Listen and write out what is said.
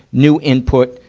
new input,